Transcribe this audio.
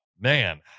Man